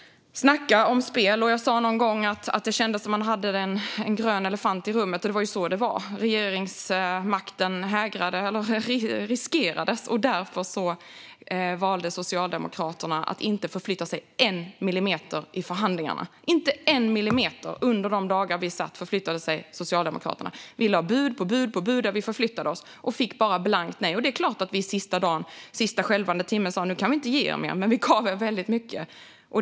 Snacka om spel! Jag sa någon gång att det kändes som om man hade en grön elefant i rummet, och det var ju så det var. Regeringsmakten riskerades, och därför valde Socialdemokraterna att inte förflytta sig en millimeter i förhandlingarna. Under de dagar då vi satt där förflyttade sig Socialdemokraterna inte en millimeter. Moderaterna lade bud på bud där vi förflyttade oss, men vi fick bara blankt nej. Det är klart att vi den sista dagen och den sista skälvande timmen sa att vi inte kunde ge er mer, men vi gav er väldigt mycket.